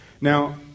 Now